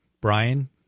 Brian